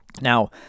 Now